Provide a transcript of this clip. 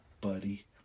buddy